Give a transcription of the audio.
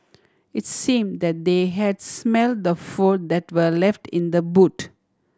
it's seem that they has smelt the food that were left in the boot